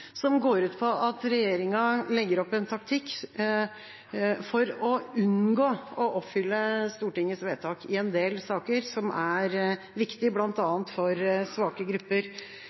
som går ut på at regjeringa legger opp en taktikk for å unngå å oppfylle Stortingets vedtak i en del saker som er viktige bl.a. for svake grupper.